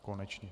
Konečně.